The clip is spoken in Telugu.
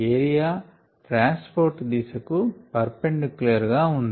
ఏరియా ట్రాన్స్ పోర్ట్ దిశకు పర్ పెండిక్యులర్ గా ఉంది